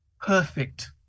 perfect